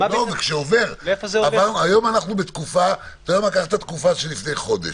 קח את התקופה שלפני חודש.